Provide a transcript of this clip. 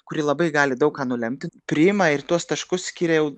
kuri labai gali daug ką nulemti priima ir tuos taškus skiria jau